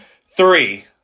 three